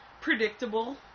Predictable